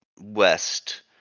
west